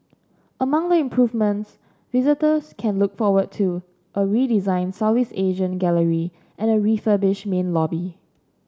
among the improvements visitors can look forward to a redesigned Southeast Asia gallery and a refurbished main lobby